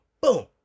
boom